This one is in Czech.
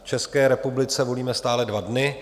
V České republice volíme stále dva dny.